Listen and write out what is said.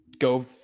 go